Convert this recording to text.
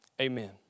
amen